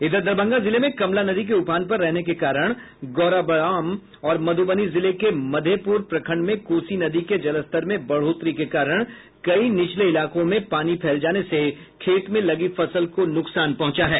इधर दरभंगा जिले में कमला नदी के उफान पर रहने के कारण गौड़ा बौराम और मध्ुबनी जिले के मधेपूर प्रखंड में कोसी नदी के जलस्तर में बढ़ोतरी के कारण कई निचले इलाकों में पानी फैल जाने से खेत में लगी फसल को नुकसान पहुंचा है